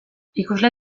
ikusle